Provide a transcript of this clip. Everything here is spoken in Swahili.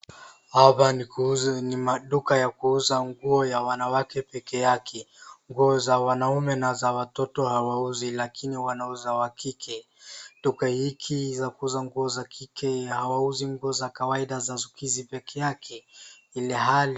Hapa ni maduka za kuuza mangua za wanawake pekeyake. Nguo za wanaume na za watoto hawauzi lakini wanauza za kike. Duka hizi za kuuza nguo za kike hawauzi nguo za kawaida za sikuizi peke yake ilhali..